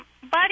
Buddy